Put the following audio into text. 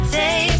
day